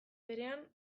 berean